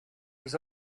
was